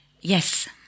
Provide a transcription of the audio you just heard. Yes